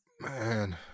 Man